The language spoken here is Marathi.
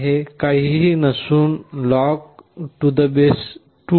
हे काहीही नसून परंतु लॉग log2 128